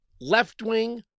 left-wing